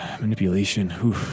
Manipulation